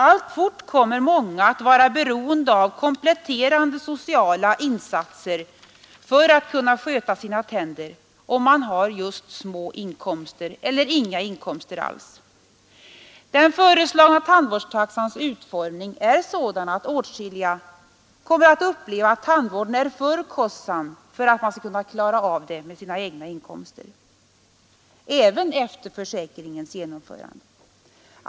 Alltfort kommer många att vara beroende av kompletterande sociala insatser för att sköta sina tänder — just de som har små inkomster eller inga inkomster alls. Den föreslagna tandvårdstaxans utformning är sådan att åtskilliga även efter försäkringens genomförande kommer att uppleva att tandvården är för kostsam för att de skall kunna klara av den med sina egna inkomster.